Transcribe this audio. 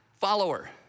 follower